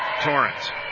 Torrance